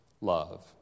love